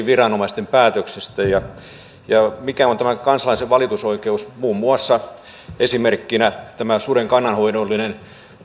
viranomaisten päätökseen mikä on kansalaisen valitusoikeus muun muassa esimerkkinä tämä suden kannanhoidollinen